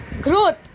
Growth